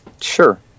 Sure